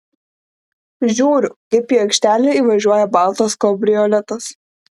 žiūriu kaip į aikštelę įvažiuoja baltas kabrioletas